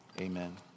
amen